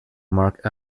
mark